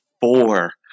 four